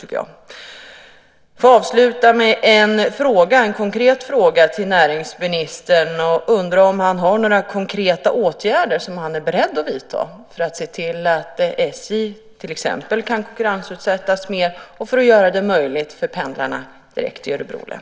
Får jag avsluta med en konkret fråga till näringsministern: Har han några åtgärder som han är beredd att vidta för att se till att SJ till exempel kan konkurrensutsättas mer och för att göra det möjligt att pendla direkt i Örebro län?